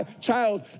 child